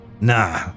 Nah